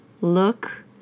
Look